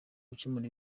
gukemura